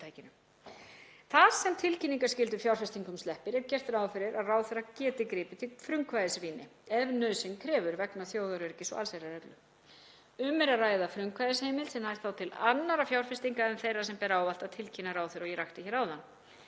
Þar sem tilkynningarskyldu um fjárfestingar sleppir er gert ráð fyrir að ráðherra geti gripið til frumkvæðisrýni ef nauðsyn krefur vegna þjóðaröryggis og allsherjarreglu. Um er að ræða frumkvæðisheimild sem nær þá til annarra fjárfestinga en þeirra sem ber ávallt að tilkynna ráðherra og ég rakti hér áðan.